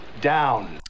down